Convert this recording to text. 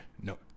no